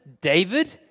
David